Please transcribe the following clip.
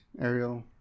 Ariel